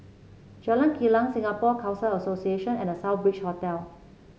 Jalan Kilang Singapore Khalsa Association and The Southbridge Hotel